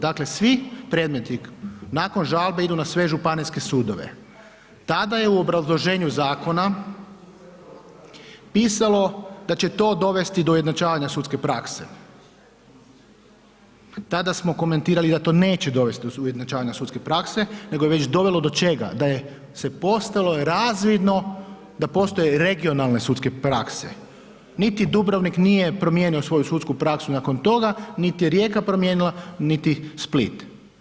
Dakle, svi predmeti nakon žalbe idu na sve županijske sudove, tada je u obrazloženju zakona pisalo da će to dovesti do ujednačavanja sudske prakse, tada smo komentirali da to neće dovesti do ujednačavanja sudske prakse, nego je već dovelo do čega, da je se postalo razvidno da postoje regionalne sudske prakse, niti Dubrovnik nije promijenio svoju sudsku praksu nakon toga, niti je Rijeka promijenila, niti Split.